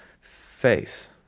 face